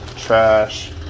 trash